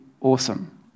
Awesome